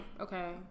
Okay